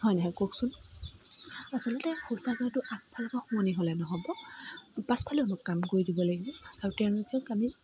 হয় নহয় কওকচোন আচলতে শৌচাগাৰটো আগফালৰ পৰা শুৱনি হ'লে নহ'ব পাছফালেও আমাক কাম কৰি দিব লাগিব আৰু তেওঁলোকক আমি